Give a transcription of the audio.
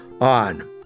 on